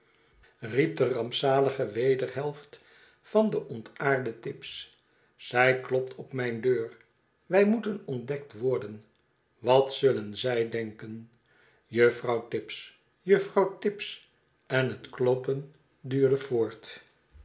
de rampzalige wederhelft van den ontaarden tibbs zij klopt op mijn deur wij moeten ontdekt worden wat zullen zij denken juffrouw tibbs juffrouw tibbs i en het kloppen duurde voort